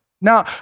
now